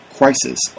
Crisis